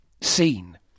seen